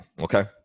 okay